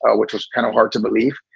ah which was kind of hard to believe.